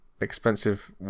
expensive